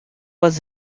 was